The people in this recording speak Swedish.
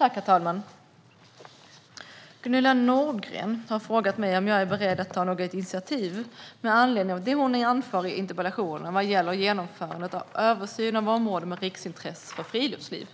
Herr talman! Gunilla Nordgren har frågat mig om jag är beredd att ta något initiativ med anledning av det hon anför i interpellationen vad gäller genomförandet av översynen av områden av riksintresse för friluftsliv.